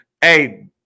hey